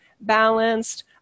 balanced